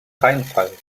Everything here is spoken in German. reinfall